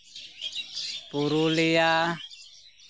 Purulia